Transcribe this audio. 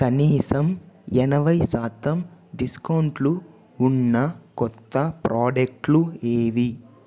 కనీసం ఎనభై శాతం డిస్కౌంట్లు ఉన్న కొత్త ప్రాడక్ట్లు ఏవి